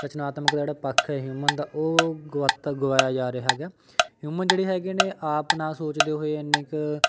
ਰਚਨਾਤਮਕ ਦਾ ਜਿਹੜਾ ਪੱਖ ਹੈ ਇਹ ਹਿਊਮਨ ਦਾ ਉਹ ਗਵਾਤਾ ਗਵਾਇਆ ਜਾ ਰਿਹਾ ਹੈਗਾ ਹਿਊਮਨ ਜਿਹੜੇ ਹੈਗੇ ਨੇ ਆਪ ਨਾ ਸੋਚਦੇ ਹੋਏ ਐਨੇ ਕੁ